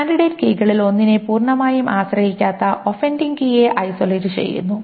candidate കീകളിൽ ഒന്നിനെ പൂർണ്ണമായും ആശ്രയിക്കാത്ത ഒഫന്ഡിംഗ് കീയെ ഐസൊലേറ്റ് ചെയ്യുന്നു